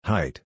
Height